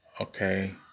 Okay